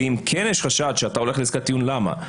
ואם כן יש חשד שאתה הולך לעסקת טיעון, למה?